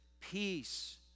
peace